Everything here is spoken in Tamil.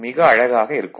மிக அழகாக இருக்கும்